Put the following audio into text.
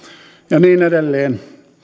ja niin edelleen